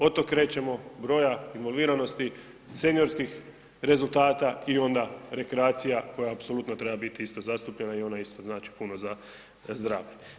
Od tog krećemo broja involviranosti seniorskih rezultata i onda rekreacija koja apsolutno treba biti isto zastupljena i ona isto znači puno za zdravlje.